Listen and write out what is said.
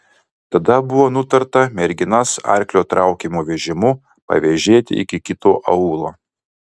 tada buvo nutarta merginas arklio traukiamu vežimu pavėžėti iki kito aūlo